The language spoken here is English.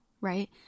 right